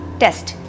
test